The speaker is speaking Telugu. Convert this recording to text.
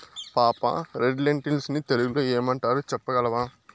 పాపా, రెడ్ లెన్టిల్స్ ని తెలుగులో ఏమంటారు చెప్పగలవా